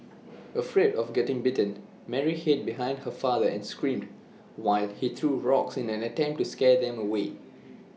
afraid of getting bitten Mary hid behind her father and screamed while he threw rocks in an attempt to scare them away